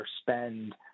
spend